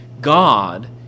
God